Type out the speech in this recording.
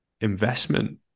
investment